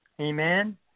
Amen